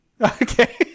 Okay